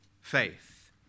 faith